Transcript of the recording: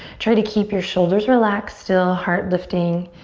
try to keep your shoulders relaxed still, heart lifting,